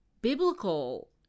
biblical